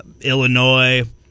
Illinois